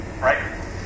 right